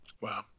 Wow